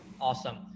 Awesome